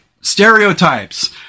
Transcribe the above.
stereotypes